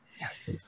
Yes